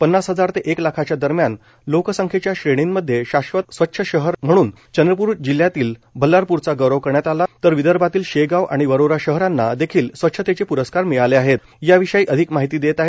पन्नास हजार ते एक लाखाच्या दरम्यान लोकसंख्येच्या श्रेणीमध्ये शाश्वत स्वच्छ शहर म्हणून चंद्रपूर जिल्ह्यातील बल्लारपूरचा गौरव करण्यात आला तर विदर्भातील शेगाव आणि वरोरा शहरांना देखील स्वच्छतेचं प्रस्कार मिळाले आहेत